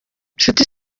nshuti